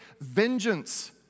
vengeance